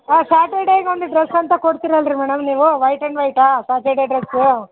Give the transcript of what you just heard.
ಹಾಂ ಸಾಟರ್ಡೆಗೆ ಒಂದು ಡ್ರೆಸ್ ಅಂತ ಕೊಡ್ತೀರಲ್ರೀ ಮೇಡಮ್ ನೀವು ವೈಟ್ ಆ್ಯಂಡ್ ವೈಟಾ ಸಾಟರ್ಡೆ ಡ್ರೆಸ್ಸು